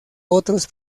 otros